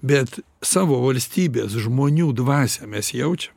bet savo valstybės žmonių dvasią mes jaučiam